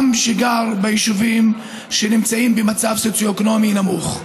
גם זה שגר ביישובים שנמצאים במצב סוציו-אקונומי נמוך.